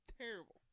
terrible